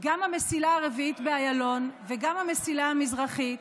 גם של המסילה הרביעית באיילון וגם של המסילה המזרחית,